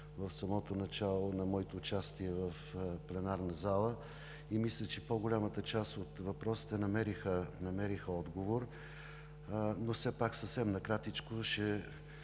в самото начало на моето участие в пленарната зала. Мисля, че по-голямата част от тях намериха отговор, но все пак, съвсем накратко ще